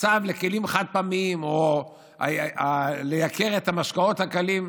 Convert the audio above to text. הצו לכלים חד-פעמיים או לייקר את המשקאות הקלים,